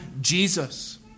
Jesus